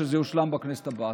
שזה יושלם בכנסת הבאה.